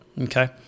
Okay